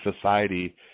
society